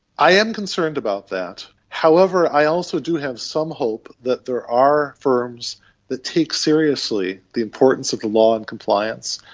i am concerned about that. however, i also do have some hope that there are firms that take seriously the importance of the law and compliance,